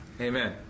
amen